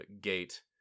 gate